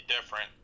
different